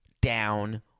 down